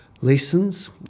lessons